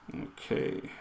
Okay